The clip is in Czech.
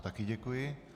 Také děkuji.